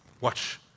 Watch